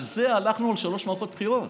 על זה הלכנו לשלוש מערכות בחירות.